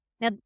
Now